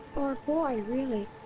or boy, really.